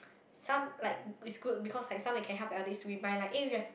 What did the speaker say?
some like it's good because like some we can help the elderly to remind like eh we have